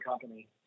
company